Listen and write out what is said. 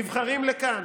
כשהם נבחרים לכאן